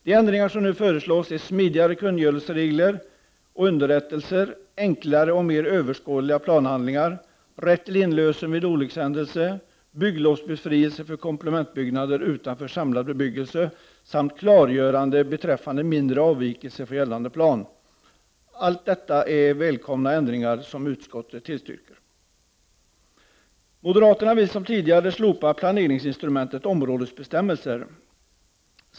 De ändringar som nu föreslås är: smidigare kungöranderegler och underrättelser, enklare och mer överskådliga planhandlingar, rätt till inlösen vid olyckshändelse, bygglovsbefrielse för komplementbyggnader utanför samlad bebyggelse samt klargörande beträffande mindre avvikelser från gällande plan. Allt detta är välkomna ändringar, som utskottet tillstyrker. Moderaterna vill som tidigare slopa planeringsinstrumentet områdesbestämmelser.